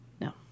No